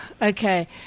Okay